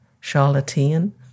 charlatan